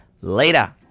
Later